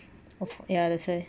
ya that's why